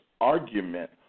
argument